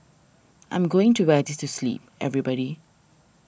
I'm going to wear this to sleep everybody